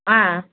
ஆ